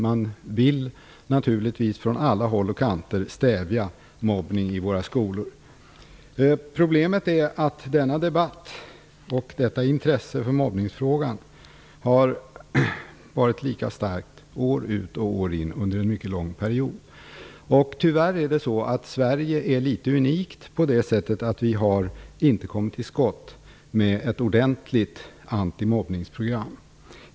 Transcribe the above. Man vill naturligtvis från alla håll och kanter stävja mobbningen i våra skolor. Detta intresse för mobbningsfrågan har varit lika starkt år ut och år in under en mycket lång period. Men tyvärr är Sverige litet unikt på det sättet att vi inte har kommit till skott med ett ordentligt antimobbningsprogram.